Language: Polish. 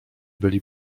byli